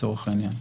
לצורך העניין.